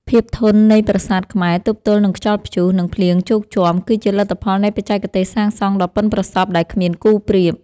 ភាពធន់នៃប្រាសាទខ្មែរទប់ទល់នឹងខ្យល់ព្យុះ និងភ្លៀងជោកជាំ គឺជាលទ្ធផលនៃបច្ចេកទេសសាងសង់ដ៏ប៉ិនប្រសប់ដែលគ្មានគូប្រៀប។